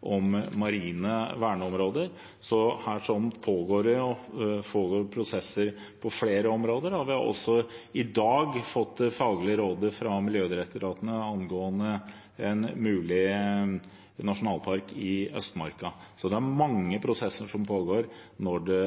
om marine verneområder. Så det pågår prosesser på flere områder. Vi har i dag også fått det faglige rådet fra Miljødirektoratet angående en mulig nasjonalpark i Østmarka. Så det pågår mange prosesser som